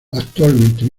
actualmente